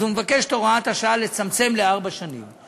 הוא מבקש לצמצם את הוראת השעה לארבע שנים.